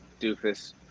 doofus